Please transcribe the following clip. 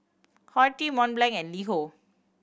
Horti Mont Blanc and LiHo